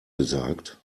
gesagt